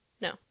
No